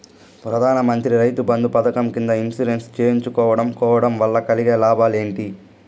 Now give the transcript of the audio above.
ప్రధాన మంత్రి రైతు బంధు పథకం కింద ఇన్సూరెన్సు చేయించుకోవడం కోవడం వల్ల కలిగే లాభాలు ఏంటి?